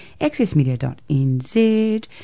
accessmedia.nz